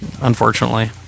unfortunately